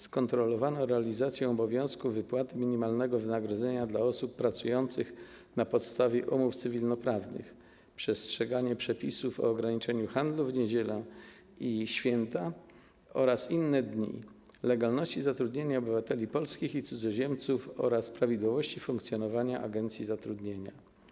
Skontrolowano realizację obowiązku wypłaty minimalnego wynagrodzenia dla osób pracujących na podstawie umów cywilnoprawnych, przestrzeganie przepisów o ograniczeniu handlu w niedziele i święta oraz inne dni, legalność zatrudnienia obywateli polskich i cudzoziemców oraz prawidłowość funkcjonowania agencji zatrudnienia.